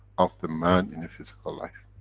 of the man in a physical life.